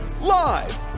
Live